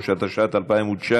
התשע"ט 2019,